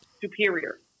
superior